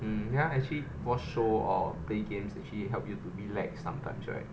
um ya actually watch show or play games actually help you to relax sometimes right